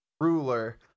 ruler